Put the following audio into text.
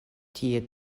tie